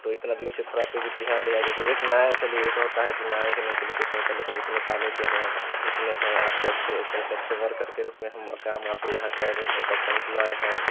तो इतने दिनों से थोड़ा फिर ध्यान दिया कीजिए एक नया चलिए एक होता है जे नया के नए की लिए कुछ होता लेकिन इतने सालों से हैं इतने हैं आपके अच्छे एक तरह से अच्छे वर्कर के रूप में हम कम आपके यहाँ कर रहे एक अच्छा इम्पलाॅई है